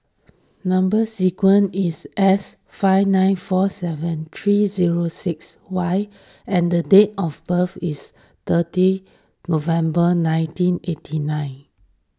Number Sequence is S five nine four seven three zero six Y and the date of birth is thirty November nineteen eighty nine